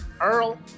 earl